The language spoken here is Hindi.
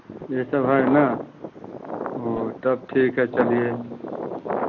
यह सब है ना वह तब ठीक है चलिए